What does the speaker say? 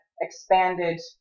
expanded